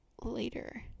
later